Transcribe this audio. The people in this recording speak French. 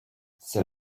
c’est